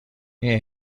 این